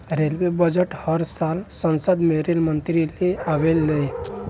railway budget हर साल संसद में रेल मंत्री ले आवेले ले